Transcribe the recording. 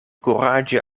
kuraĝe